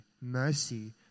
Mercy